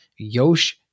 Yosh